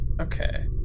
okay